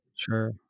sure